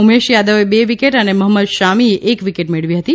ઉમેશ યાદવે બે વિકેટ અને મહંમદ શામીએ એક વિકેટ મેળવી હતી